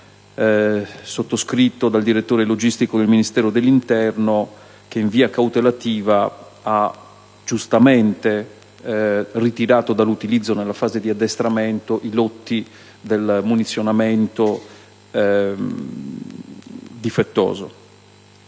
sottoscritto dal direttore logistico del Ministero dell'interno che, in via cautelativa, ha giustamente ritirato dall'utilizzo nella fase di addestramento i lotti del munizionamento difettoso.